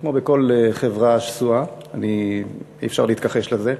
כמו בכל חברה שסועה, אי-אפשר להתכחש לזה.